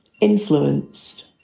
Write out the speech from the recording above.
influenced